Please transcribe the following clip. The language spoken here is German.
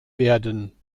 werden